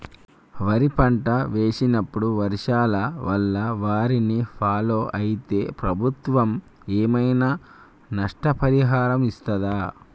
వరి పంట వేసినప్పుడు వర్షాల వల్ల వారిని ఫాలో అయితే ప్రభుత్వం ఏమైనా నష్టపరిహారం ఇస్తదా?